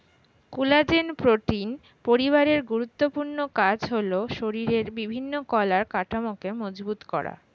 collagen protein পরিবারের গুরুত্বপূর্ণ কাজ হলো শরীরের বিভিন্ন কলার কাঠামোকে মজবুত করা